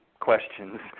questions